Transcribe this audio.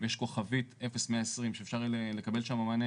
יש כוכבית 0120 שאפשר לקבל שם מענה